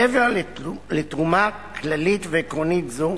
מעבר לתרומה כללית ועקרונית זו,